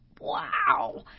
Wow